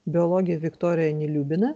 biologe viktorija niliubina